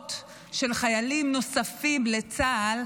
רבבות חיילים נוספים לצה"ל,